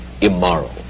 immoral